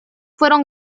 fueron